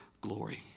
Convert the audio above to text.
glory